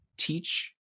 teach